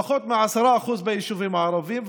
נעשו פחות מ-10% ביישובים הערביים,